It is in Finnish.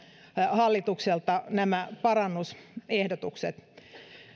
hallitukselta nämä parannusehdotukset